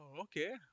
okay